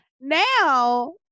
now